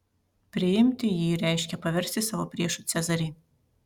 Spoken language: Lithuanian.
priimti jį reiškė paversti savo priešu cezarį